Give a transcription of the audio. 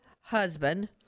husband